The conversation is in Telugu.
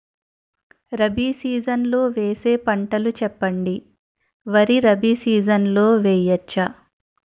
రబీ సీజన్ లో వేసే పంటలు చెప్పండి? వరి రబీ సీజన్ లో వేయ వచ్చా?